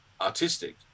artistic